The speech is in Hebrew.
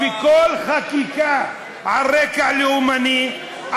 וכל חקיקה על רקע לאומני,